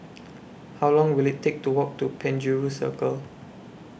How Long Will IT Take to Walk to Penjuru Circle